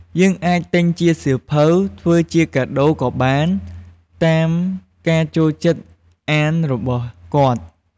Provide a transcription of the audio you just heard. យើងអាចទិញជាសៀវភៅធ្វើជាកាដូរក៏បាន តាមការចូលចិត្តអានរបស់គាត់។